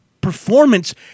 performance